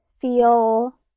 feel